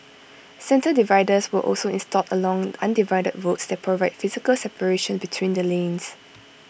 centre dividers were also installed along undivided roads that provide physical separation between the lanes